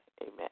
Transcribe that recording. Amen